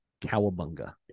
Cowabunga